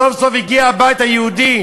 סוף-סוף הגיע הבית היהודי,